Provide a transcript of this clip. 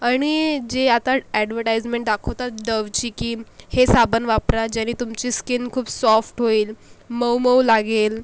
आणि जे आता अॅड्वटाईजमेंट दाखवतात डवची की हे साबण वापरा ज्यानी तुमची स्कीन खूप सॉफ्ट होईल मऊ मऊ लागेल